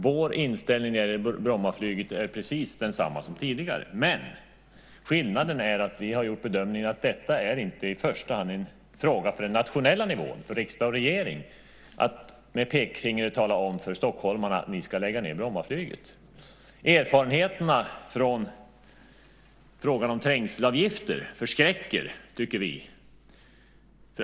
Vår inställning till Brommaflyget är precis densamma som tidigare, med den skillnaden att vi gjort bedömningen att detta inte i första hand är en fråga för den nationella nivån, för riksdag och regering, som med pekpinnen i hand ska tala om för stockholmarna att lägga ned Brommaflyget. Erfarenheterna i fråga om trängselavgifter förskräcker.